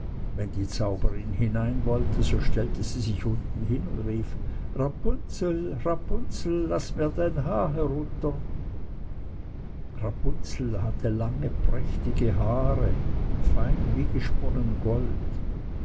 wenn die zauberin hinein wollte so stellte sie sich unten hin und rief rapunzel rapunzel laß mir dein haar herunter rapunzel hatte lange prächtige haare fein wie gesponnen gold